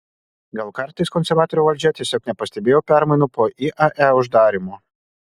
gal kartais konservatorių valdžia tiesiog nepastebėjo permainų po iae uždarymo